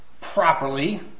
properly